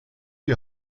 die